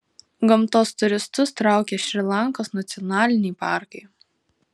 gamtos turistus traukia šri lankos nacionaliniai parkai